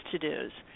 to-dos